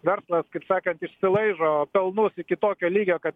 verslas kaip sakant išsilaižo pelnus iki tokio lygio kad